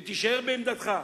ותישאר בעמדתך,